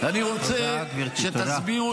אני רוצה שתסבירו לי את ההיגיון.